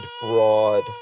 broad